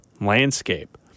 landscape